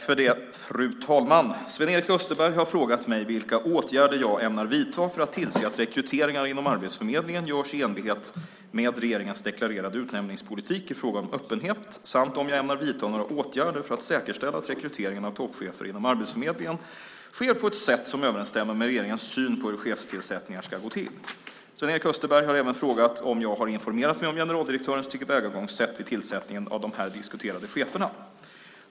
Fru talman! Sven-Erik Österberg har frågat mig vilka åtgärder jag ämnar vidta för att tillse att rekryteringar inom Arbetsförmedlingen görs i enlighet med regeringens deklarerade utnämningspolitik i fråga om öppenhet samt om jag ämnar vidta några andra åtgärder för att säkerställa att rekryteringen av toppchefer inom Arbetsförmedlingen sker på ett sätt som överensstämmer med regeringens syn på hur chefstillsättningar ska gå till. Sven-Erik Österberg har även frågat om jag har informerat mig om generaldirektörens tillvägagångssätt vid tillsättningen av de här diskuterade cheferna.